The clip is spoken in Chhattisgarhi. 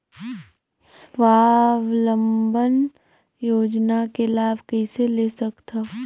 स्वावलंबन योजना के लाभ कइसे ले सकथव?